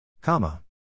Comma